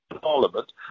Parliament